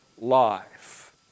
life